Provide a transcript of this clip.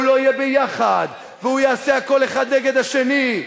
והוא לא יהיה ביחד ויעשו הכול האחד נגד השני.